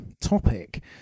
topic